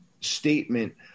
statement